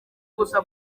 gusa